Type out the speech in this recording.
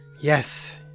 Yes